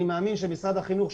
אני מאמין שמשרד החינוך,